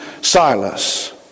Silas